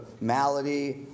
malady